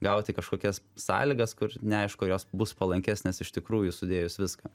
gauti kažkokias sąlygas kur neaišku ar jos bus palankesnės iš tikrųjų sudėjus viską